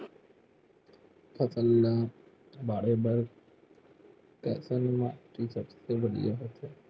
फसल ला बाढ़े बर कैसन माटी सबले बढ़िया होथे?